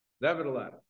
Nevertheless